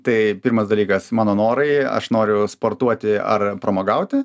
tai pirmas dalykas mano norai aš noriu sportuoti ar pramogauti